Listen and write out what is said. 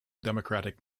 democratic